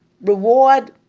Reward